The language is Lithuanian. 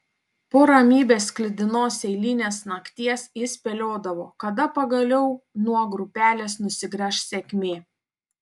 po ramybės sklidinos eilinės nakties jis spėliodavo kada pagaliau nuo grupelės nusigręš sėkmė